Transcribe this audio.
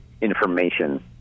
Information